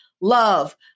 love